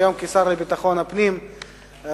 היום השר לביטחון הפנים.